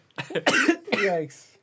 Yikes